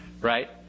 right